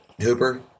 Hooper